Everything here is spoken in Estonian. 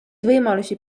võimalusi